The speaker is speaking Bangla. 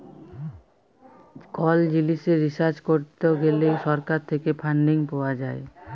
কল জিলিসে রিসার্চ করত গ্যালে সরকার থেক্যে ফান্ডিং পাওয়া যায়